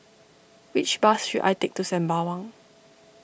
which bus should I take to Sembawang